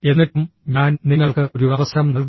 എന്നിട്ടും ഞാൻ നിങ്ങൾക്ക് ഒരു അവസരം നൽകുന്നു